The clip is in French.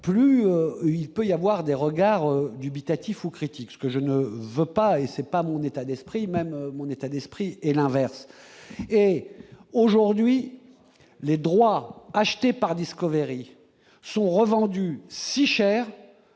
plus il peut y avoir des regards dubitatif ou critique ce que je ne veux pas et c'est pas mon état d'esprit même mon état d'esprit et l'inverse et aujourd'hui les droits achetés par Discovery sont revendus si cher